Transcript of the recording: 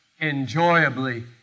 enjoyably